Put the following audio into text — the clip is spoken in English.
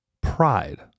Pride